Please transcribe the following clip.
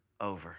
over